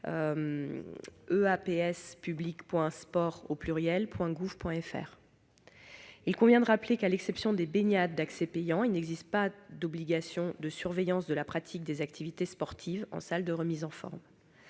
cette déclaration. Il convient de rappeler que, à l'exception des baignades d'accès payant, il n'existe pas d'obligation de surveillance de la pratique des activités sportives en salle de remise en forme.